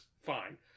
fine